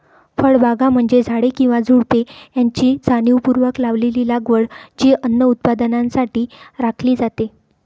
फळबागा म्हणजे झाडे किंवा झुडुपे यांची जाणीवपूर्वक लावलेली लागवड जी अन्न उत्पादनासाठी राखली जाते